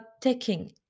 taking